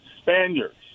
Spaniards